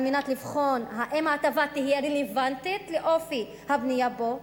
על מנת לבחון אם ההטבה תהיה רלוונטית לאופי הבנייה בו?